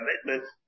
commitment